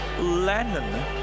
Lennon